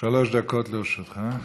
שלוש דקות לרשותך.